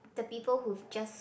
the people who've just